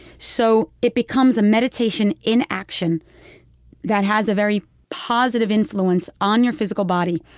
so it becomes a meditation in action that has a very positive influence on your physical body,